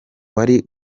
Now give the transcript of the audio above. wari